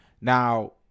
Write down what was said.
now